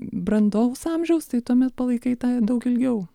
brandaus amžiaus tai tuomet palaikai tą daug ilgiau